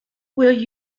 will